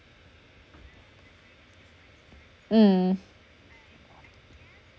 mm